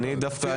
אופיר דווקא הגיע.